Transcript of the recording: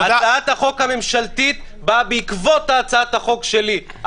הצעת החוק הממשלתית באה בעקבות הצעת החוק שלי.